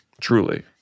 truly